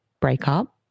breakup